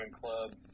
Club